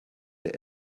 der